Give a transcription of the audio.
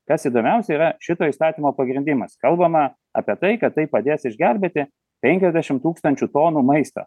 kas įdomiausia yra šito įstatymo pagrindimas kalbama apie tai kad tai padės išgelbėti penkiasdešim tūkstančių tonų maisto